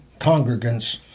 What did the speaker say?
congregants